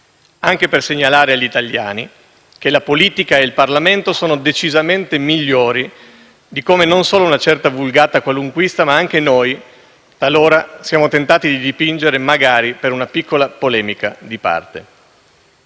anche per segnalare agli italiani che la politica e il Parlamento sono decisamente migliori di come, non solo una certa vulgata qualunquista, ma anche noi talora siamo tentati di dipingere, magari per una piccola polemica di parte.